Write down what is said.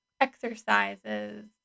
exercises